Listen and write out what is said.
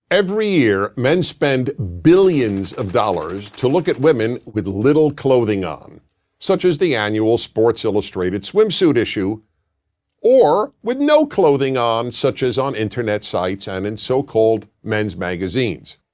every year men spend billions of dollars to look at women with little clothing on such as the annual sports illustrated swimsuit issue or with no clothing on such as on internet sites and in so-called men's magazines.